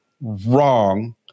wrong